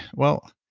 well,